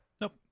Nope